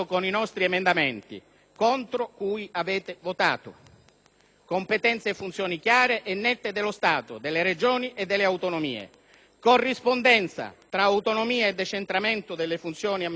competenze e funzioni chiare e nette dello Stato, delle Regioni e delle autonomie; corrispondenza tra autonomia e decentramento delle funzioni amministrative, da un lato, ed autonomia di entrata e di spesa, dall'altro;